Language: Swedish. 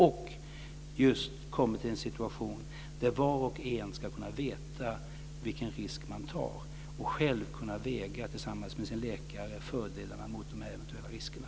Vi måste få en situation där var och en kan veta vilken risk man tar och själv kan väga, tillsammans med sin läkare, fördelarna mot de eventuella riskerna.